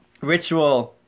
ritual